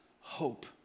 hope